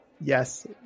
yes